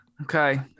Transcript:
Okay